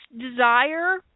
desire